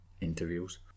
interviews